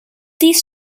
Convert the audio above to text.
these